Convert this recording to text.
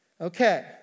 Okay